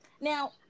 Now